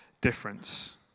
difference